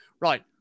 Right